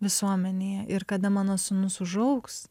visuomenėje ir kada mano sūnus užaugs